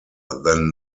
than